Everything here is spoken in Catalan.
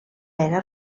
era